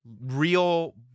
real